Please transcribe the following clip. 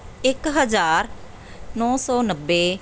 ਇੱਕ ਹਜ਼ਾਰ ਨੌ ਸੌ ਨੱਬੇ